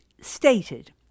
stated